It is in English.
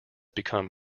become